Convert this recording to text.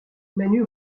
manu